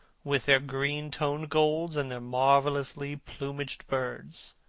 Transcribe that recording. with their green-toned golds and their marvellously plumaged birds.